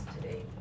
today